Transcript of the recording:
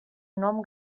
nom